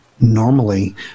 normally